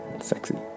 sexy